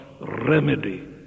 remedy